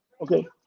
Okay